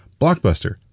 Blockbuster